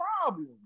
problem